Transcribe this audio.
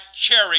cherry